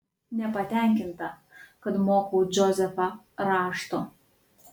nepatenkinta kad mokau džozefą rašto